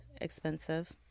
expensive